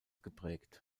geprägt